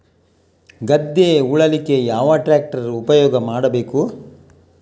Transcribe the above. ಗದ್ದೆ ಉಳಲಿಕ್ಕೆ ಯಾವ ಟ್ರ್ಯಾಕ್ಟರ್ ಉಪಯೋಗ ಮಾಡಬೇಕು?